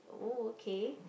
oh okay